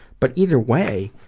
but either way,